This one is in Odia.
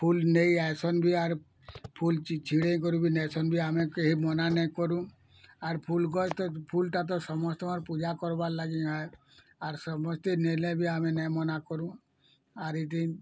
ଫୁଲ୍ ନେଇ ଆସନ୍ ବି ଆର୍ ଫୁଲ୍ ଛିଡ଼େଇ କରି ବି ନେସନ୍ ଆମେ କେହି ମନା ନାଇ କରୁ ଆର୍ ଫୁଲ୍ ଗଛଟା ଫୁଲ୍ଟା ତ ସମସ୍ତଙ୍କର ପୂଜା କରବାର୍ ଲାଗି ଏ ଆର୍ ସମସ୍ତେ ନେଲେ ବି ଆମେ ନେଇ ମନା କରୁ ଆରି ଦିନ୍